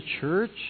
church